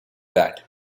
that